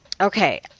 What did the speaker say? Okay